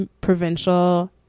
provincial